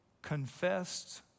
Confessed